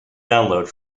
download